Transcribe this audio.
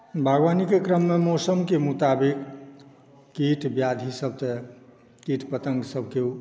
बागवानीके क्रममे मौसमके मोताबिक कीट व्याधिसभके कीट पतङ्गसभके